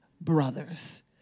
brothers